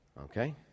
okay